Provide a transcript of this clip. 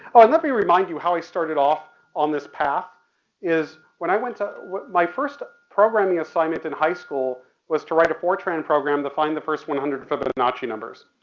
oh and let me remind you how i started off on this path is when i went to my first programming assignment in high school was to write a fortran program to find the first one hundred fibonacci numbers.